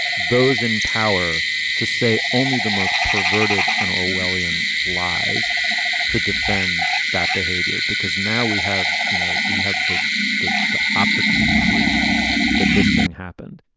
those in power to say only the most perverted and orwellian lies to defend that behavior, because now we have you know, we have the the the optical proof that this thing happened